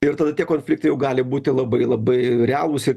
ir tada tie konfliktai jau gali būti labai labai realūs ir